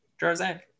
Jarzak